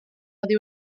oddi